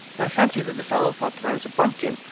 and i fancy that the fellow thought that i was a bumpkin,